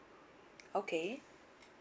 okay